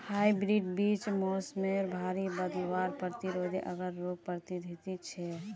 hybrid बीज मोसमेर भरी बदलावर प्रतिरोधी आर रोग प्रतिरोधी छे